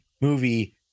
movie